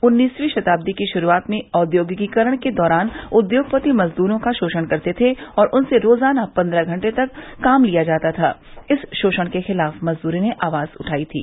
उन्नीसवीं शतादी की शुरूआत में औद्योगीकरण के दौरान उद्योगपति मजदूरों का शोषण करते थे और उनसे रोज़ाना पन्द्रह घंटे तक काम लिया जाता था इस शोषण के खिलाफ़ मज़दूरों ने आवाज़ उठाई थी